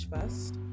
First